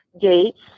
Gates